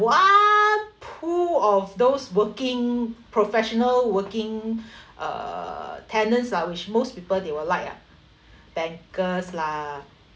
!wah! full of those working professional working uh tenants ah which most people they will like ah bankers lah